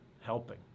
helping